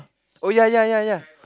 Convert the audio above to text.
oh ya ya ya ya